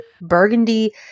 burgundy